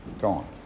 gone